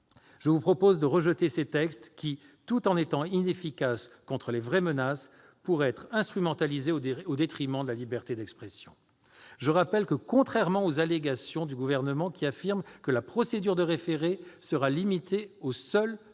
en troisième lieu, de rejeter ces textes, qui, tout en étant inefficaces contre les vraies menaces, pourraient être instrumentalisés au détriment de la liberté d'expression. Je rappelle que, contrairement à ce que prétend le Gouvernement, qui affirme que la procédure de référé sera limitée aux seules